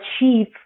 achieve